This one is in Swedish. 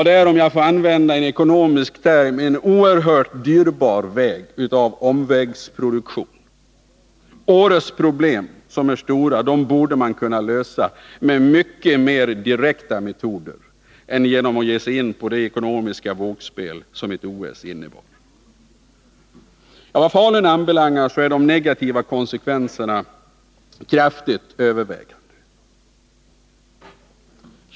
Det är, om jag får använda en ekonomisk term, en oerhört dyrbar väg av omvägsproduktion. Åres problem, som är stora, borde man kunna lösa med mycket mer direkta metoder än genom att ge sig in på det ekonomiska vågspel som ett OS innebär. Vad Falun anbelangar är de negativa konsekvenserna kraftigt övervägande.